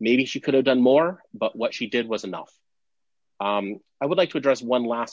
maybe she could have done more but what she did was enough i would like to address one last